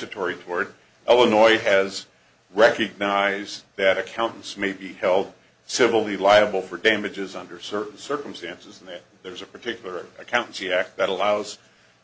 utory toward illinois has recognized that accountants may be held civil be liable for damages under certain circumstances and then there's a particular accountancy act that allows